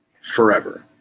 forever